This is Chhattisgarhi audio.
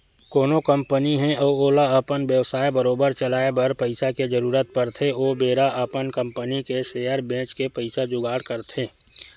कोनो कंपनी हे अउ ओला अपन बेवसाय बरोबर चलाए बर पइसा के जरुरत पड़थे ओ बेरा अपन कंपनी के सेयर बेंच के पइसा जुगाड़ करथे